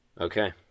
Okay